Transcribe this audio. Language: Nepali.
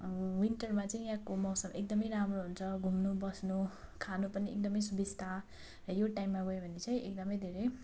विन्टरमा चाहिँ यहाँको मौसम एकदम राम्रो हुन्छ घुम्नु बस्नु खानु पनि एकदम सुबिस्ता यो टाइममा गयो भने चाहिँ एकदम धेरै